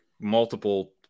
multiple